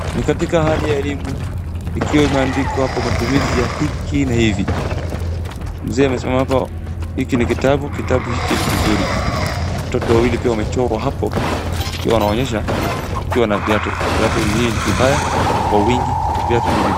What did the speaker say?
Ni katika hali ya elimu iikiwa imeandikwa hapo matumizi ya hiki na hivi, mzee amesimama hapo. Hiki ni kitabu, kitabu hiki ni kizuri. watoto wawili pia wamechorwa hapo wakiwanaonyesha wakiwa na viatu, viatu hii ni kibaya kwa wingi viatu ni vibaya.